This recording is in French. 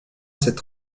cette